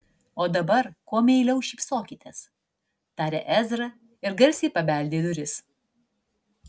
o dabar kuo meiliau šypsokitės tarė ezra ir garsiai pabeldė į duris